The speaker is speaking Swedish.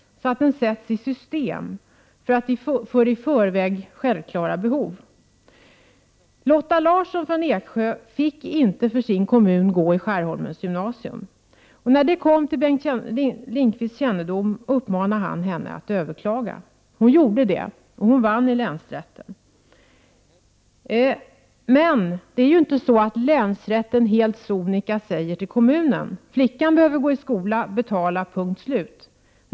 Man får alltså inte sätta i system att utnyttja denna när det gäller i förväg självklara behov. Lotta Larsson i Eksjö fick inte för sin kommun gå i Skärholmens gymnasium. När detta kom till Bengt Lindqvists kännedom, uppmanade han Lotta Larsson att överklaga. Hon gjorde det och vann i länsrätten. Men länsrätten säger inte bara helt sonika till kommunen: Flickan behöver gå i skola. Betala!